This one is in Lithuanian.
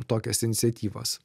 tokias iniciatyvas